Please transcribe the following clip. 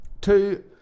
Two